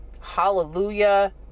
hallelujah